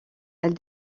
elle